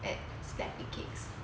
at slappy cakes